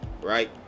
Right